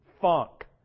funk